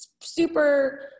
super